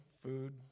food